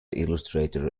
illustrator